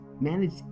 manage